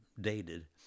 dated